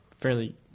fairly